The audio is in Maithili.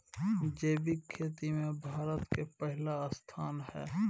जैविक खेती में भारत के पहिला स्थान हय